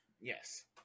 yes